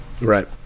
Right